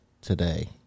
today